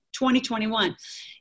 2021